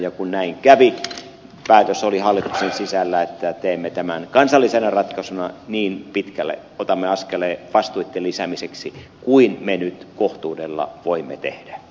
ja kun näin kävi päätös hallituksen sisällä oli se että teemme tämän kansallisena ratkaisuna niin pitkälle otamme askeleen vastuitten lisäämiseksi kuin me nyt kohtuudella voimme tehdä